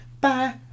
bye